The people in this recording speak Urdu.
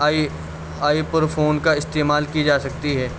آئی آئی بپروفن کا استعمال کی جا سکتی ہے